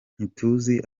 ntituzi